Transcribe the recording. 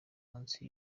munsi